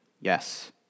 Yes